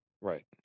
right